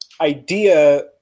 idea